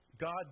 God